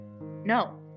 no